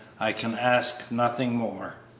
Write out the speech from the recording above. i can ask nothing more!